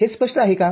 हे स्पष्ट आहे का